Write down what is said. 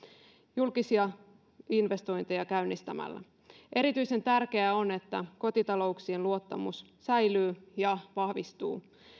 julkisia investointeja käynnistämällä erityisen tärkeää on että kotitalouksien luottamus säilyy ja vahvistuu